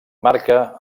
marca